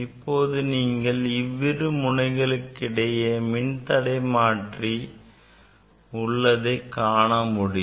இப்போது நீங்கள் இவ்விரு முனைகளுக்கு இடையே மின்தடை மாற்றி உள்ளதை காண முடியும்